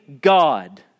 God